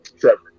Trevor